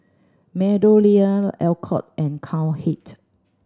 MeadowLea Alcott and Cowhead